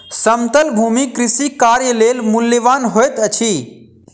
समतल भूमि कृषि कार्य लेल मूल्यवान होइत अछि